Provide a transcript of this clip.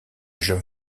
jeune